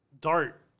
dart